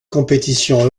compétitions